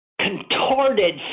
contorted